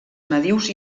nadius